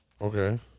Okay